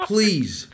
Please